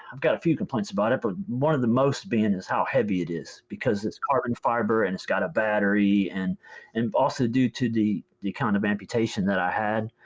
i've got a few complaints about it, but one of the most being is how heavy it is. because it's carbon fiber and it's got a battery. and and also due to the the kind of amputation that i had.